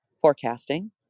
forecasting